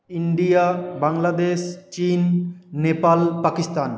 India Bangladesh চীন নেপাল পাকিস্তান